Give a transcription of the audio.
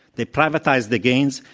they privatize the gains.